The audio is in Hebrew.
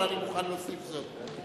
אבל אני מוכן להוסיף זאת.